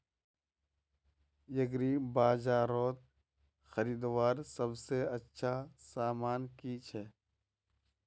एग्रीबाजारोत खरीदवार सबसे अच्छा सामान की छे?